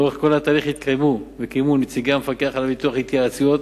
לאורך כל התהליך קיימו נציגי המפקח על הביטוח התייעצויות